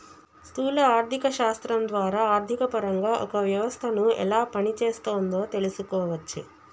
స్థూల ఆర్థిక శాస్త్రం ద్వారా ఆర్థికపరంగా ఒక వ్యవస్థను ఎలా పనిచేస్తోందో తెలుసుకోవచ్చు